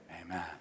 Amen